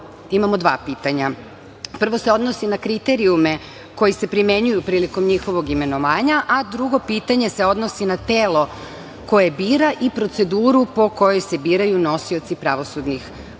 Imamo dva pitanja. Prvo se odnosi na kriterijume koji se primenjuju prilikom njihovog imenovanja, a drugo pitanje se odnosi na telo koje bira i proceduru po kojoj se biraju nosioci pravosudnih